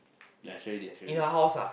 I show you this I show you this